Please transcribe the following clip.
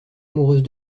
amoureuses